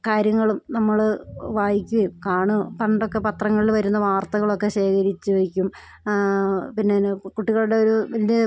കാര്യങ്ങളും നമ്മൾ വായിക്കുകയും കാണും പണ്ടൊക്കെ പത്രങ്ങളിൽ വരുന്ന വാർത്തകളൊക്കെ ശേഖരിച്ചു വെയ്ക്കും പിന്നെ ന്ന പ് കുട്ടികളുടെയൊരു എന്റെ